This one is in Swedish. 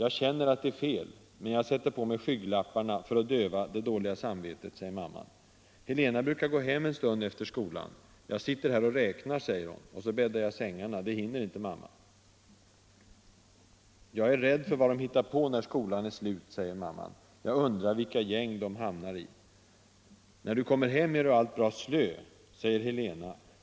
Jag känner att det är fel, men jag sätter på mig skygglapparna för att döva det dåliga samvetet”, säger mamman. Helena brukar gå hem en stund efter skolan. ”Jag sitter här och räknar”, säger hon. ”Och så bäddar jag sängarna, det hinner inte mamma.” ”Jag är rädd för vad dom hittar på när skolan är slut”, säger mamman. ”Jag undrar vilka gäng dom hamnar i.” ”När du kommer hem är du allt bra slö”, säger Helena.